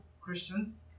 Christians